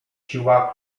siła